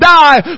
die